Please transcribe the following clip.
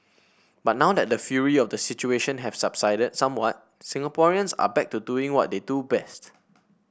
but now that the fury of the situation have subsided somewhat Singaporeans are back to doing what they do best